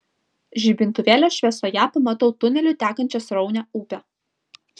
žibintuvėlio šviesoje pamatau tuneliu tekančią sraunią upę